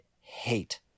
hate